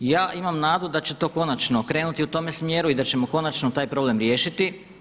Ja imam nadu da će to konačno krenuti u tome smjeru i da ćemo konačno taj problem riješiti.